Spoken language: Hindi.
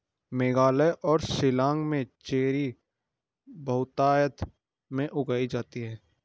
मेघालय और शिलांग में चेरी बहुतायत में उगाई जाती है